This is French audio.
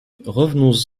revenons